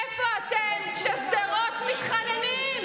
איפה אתם כשבשדרות מתחננים,